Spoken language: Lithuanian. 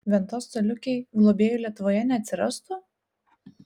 ventos coliukei globėjų lietuvoje neatsirastų